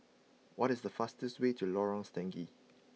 what is the fastest way to Lorong Stangee